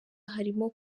harimo